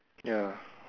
ya